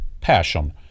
Passion